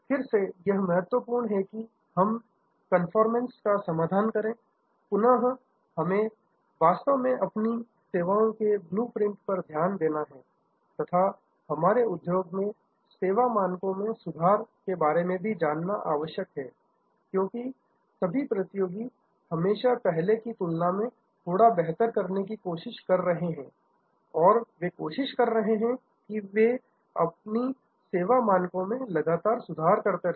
फिर से यह महत्वपूर्ण है कि हम कन्फोमेंस का समाधान करें पुनः हमें वास्तव में अपनी सेवाओं के ब्लू प्रिंट पर ध्यान देना है तथा हमारे उद्योग में सेवा मानको में सुधार के बारे में भी जानना आवश्यक है क्योंकि सभी प्रतियोगी हमेशा पहले की तुलना में थोड़ा बेहतर करने की कोशिश कर रहे हैं और वे कोशिश कर रहे हैं कि वे अपने सेवा मानकों में लगातार सुधार करते रहें